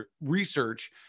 research